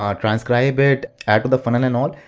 um transcribe it, add to the funnel and all.